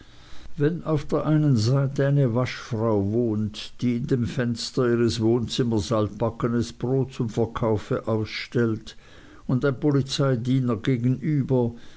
wenn auf der einen seite eine waschfrau wohnt die in dem fenster ihres wohnzimmers altbackenes brot zum verkaufe ausstellt und ein polizeidiener gegenüber